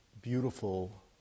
beautiful